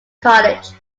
college